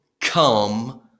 come